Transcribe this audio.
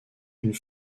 une